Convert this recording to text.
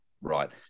Right